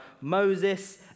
Moses